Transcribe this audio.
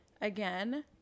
Again